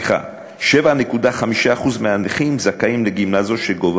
7.5% מהנכים זכאים לגמלה זו, שגובהה